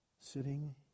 sitting